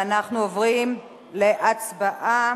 אוקיי.